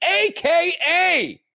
aka